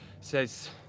says